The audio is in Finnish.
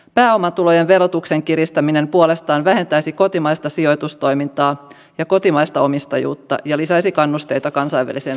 pääomatulojen verotuksen kiristäminen puolestaan vähentäisi kotimaista sijoitustoimintaa ja kotimaista omistajuutta ja lisäisi kannusteita kansainväliseen verosuunnitteluun